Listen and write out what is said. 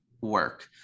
Work